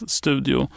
studio